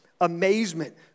Amazement